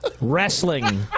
Wrestling